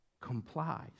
complies